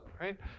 right